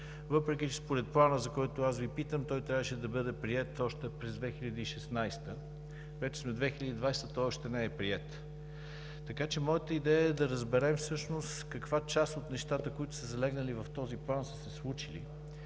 въпреки че според Плана, за който Ви питам, трябваше да бъде приет още през 2016 г. Вече сме 2020 г. и той още не е приет. Моята идея е да разберем всъщност каква част от нещата, които са залегнали в този план, са се случили.